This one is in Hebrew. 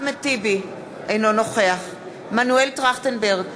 אינו נוכח מנואל טרכטנברג,